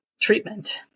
treatment